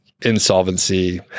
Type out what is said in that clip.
insolvency